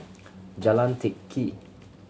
Jalan Teck Kee